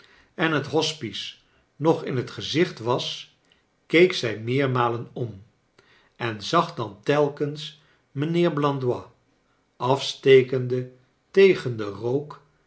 en het hospice nog in het gezicht was keek zij meermalen om en zag dan telkens mijnheer blandois afstekende tegen den rook